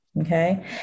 Okay